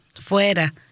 fuera